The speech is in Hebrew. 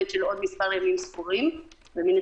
ככול